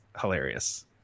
hilarious